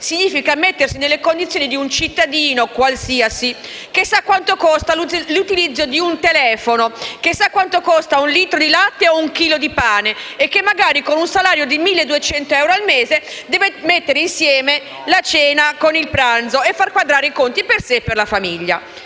Significa mettersi nelle condizioni di un cittadino qualsiasi, che sa quanto costa l'utilizzo di un telefono, un litro di latte o un chilo di pane e che, magari con un salario di 1.200 euro al mese, deve mettere insieme la cena con il pranzo e far quadrare i conti, per sé e per la famiglia.